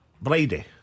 Brady